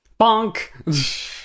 Bonk